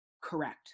Correct